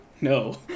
No